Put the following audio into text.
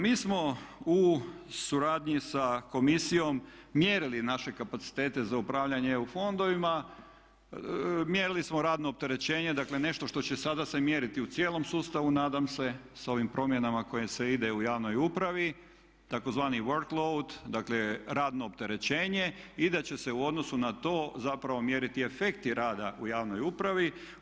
Mi smo u suradnji sa komisijom mjerili naše kapacitete za upravljanje EU fondovima, mjerili smo radno opterećenje, dakle nešto što će se sada se mjeriti u cijelom sustavu nadam se s ovim promjenama u koje se ide u javnoj upravi tzv. work load, dakle radno opterećenje, i da će se u odnosu na to zapravo mjeriti efekti rada u javnoj upravi.